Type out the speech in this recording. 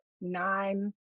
nine